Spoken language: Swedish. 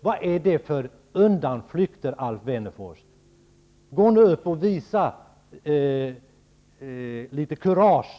Vad är det för undanflykter? Gå nu upp i talarstolen och visa litet kurage!